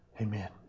amen